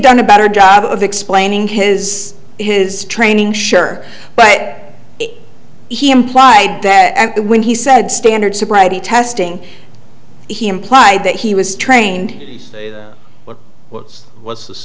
done a better job of explaining his his training sure but he implied that when he said standard sobriety testing he implied that he was trained what